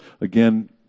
Again